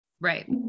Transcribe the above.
right